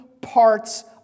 parts